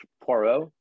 poirot